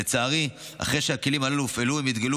לצערי אחרי שהכלים האלה הופעלו הם התגלו